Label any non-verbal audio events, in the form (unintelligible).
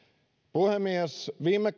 puhemies viime (unintelligible)